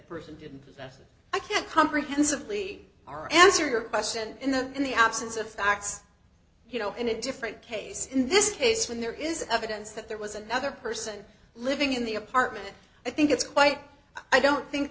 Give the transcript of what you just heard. person didn't i can't comprehensibly are answer your question in the absence of facts you know in a different case in this case when there is evidence that there was another person living in the apartment i think it's quite i don't think